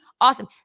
awesome